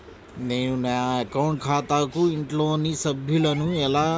నేను నా అకౌంట్ ఖాతాకు ఇంట్లోని సభ్యులను ఎలా జతచేయాలి?